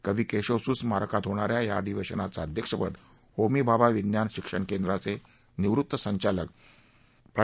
कवी केशवसुत स्मारकात होणा या या अधिवेशनाचं अध्यक्षपद होमी भाभा विज्ञान शिक्षण केंद्राचे निवृत्त संचालक प्रा